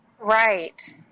Right